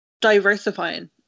diversifying